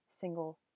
single